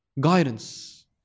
guidance